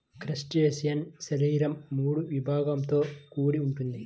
crustacean శరీరం మూడు విభాగాలతో కూడి ఉంటుంది